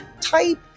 type